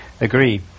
agree